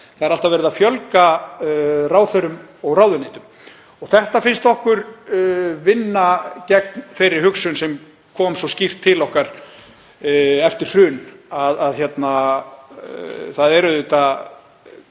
Það er alltaf verið að fjölga ráðherrum og ráðuneytum. Þetta finnst okkur vinna gegn þeirri hugsun sem kom svo skýrt til okkar eftir hrun, að það er gott